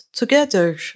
together